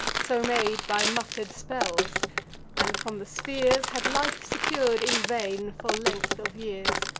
so made by mutter'd spells and, from the spheres, had life secur'd, in vain, for length of years.